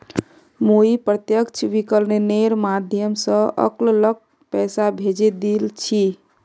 मुई प्रत्यक्ष विकलनेर माध्यम स अंकलक पैसा भेजे दिल छि